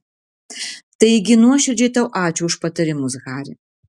taigi nuoširdžiai tau ačiū už patarimus hari